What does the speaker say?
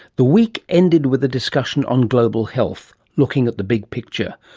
the week ended with a discussion on global health, looking at the big picture,